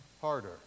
Harder